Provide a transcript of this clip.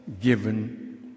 given